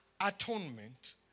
Atonement